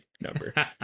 number